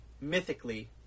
mythically